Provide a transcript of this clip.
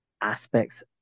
aspects